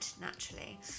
naturally